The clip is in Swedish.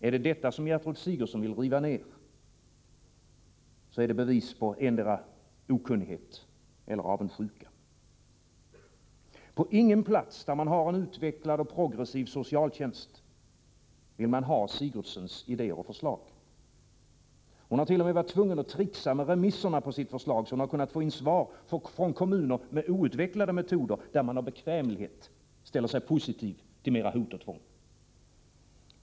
Är det detta som Gertrud Sigurdsen vill riva ner så är det bevis på antingen okunnighet eller avundsjuka. På ingen plats, där man har en utvecklad, progressiv socialtjänst, vill man ha Sigurdsens idéer och förslag. Hon hart.o.m. varit tvungen att tricksa med remisserna på sitt förslag, så att hon har kunnat få in svar från kommuner med outvecklade metoder, där man av bekvämlighet ställer sig positiv till mera hot och tvång.